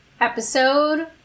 episode